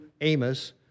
Amos